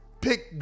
pick